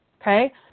okay